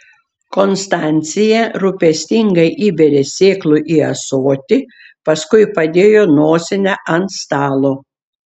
konstancija rūpestingai įbėrė sėklų į ąsotį paskui padėjo nosinę ant stalo